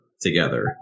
together